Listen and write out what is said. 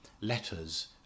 letters